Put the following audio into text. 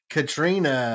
Katrina